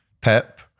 Pep